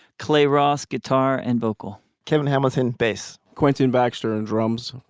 clay ross guitar and vocal, kevin hamilton bass, quintin baxter and drums.